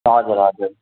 हजुर हजुर